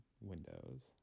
windows